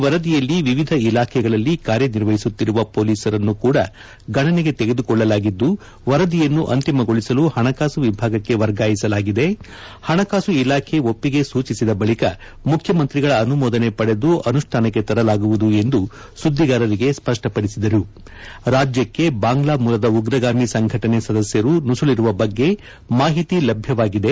ವರದಿಯಲ್ಲಿ ವಿವಿಧ ಇಲಾಖೆಗಳಲ್ಲಿ ಕಾರ್ಯನಿರ್ವಹಿಸುತ್ತಿರುವ ಪೊಲೀಸರನ್ನು ಕೂಡ ಗಣನೆಗೆ ತೆಗೆದುಕೊಳ್ಳಲಾಗಿದ್ದುಈ ವರದಿಯನ್ನು ಅಂತಿಮಗೊಳಿಸಲು ಹಣಕಾಸು ವಿಭಾಗಕ್ಕೆ ವರ್ಗಾಯಿಸಲಾಗಿದೆ ಹಣಕಾಸು ಇಲಾಖೆ ಒಪ್ಪಿಗೆ ಸೂಚಿಸಿದ ಬಳಿಕ ಮುಖ್ಯಮಂತ್ರಿಗಳ ಅನುಮೋದನೆ ಪಡೆದು ಅನುಷ್ಣಾನಕ್ಕೆ ತರಲಾಗುವುದು ಎಂದು ಸುದ್ದಿಗಾರರಿಗೆ ಸ್ಪಷ್ಟ ಪದಿಸಿದರು ರಾಜ್ಯಕ್ಕೆ ಬಾಂಗ್ಲಾ ಮೂಲದ ಉಗ್ರಗಾಮಿ ಸಂಘಟನೆ ಸದಸ್ಯರು ನುಸುಳಿರುವ ಬಗ್ಗೆ ಮಾಹಿತಿ ಲಭ್ಯವಾಗಿದೆ